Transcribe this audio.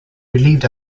relieved